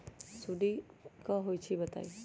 सुडी क होई छई बताई?